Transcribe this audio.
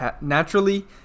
naturally